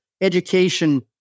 education